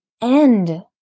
end